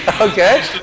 okay